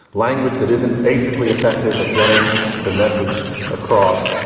language that isn't basically effective at getting the message across.